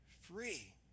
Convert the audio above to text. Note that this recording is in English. free